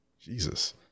Jesus